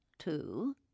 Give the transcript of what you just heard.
Two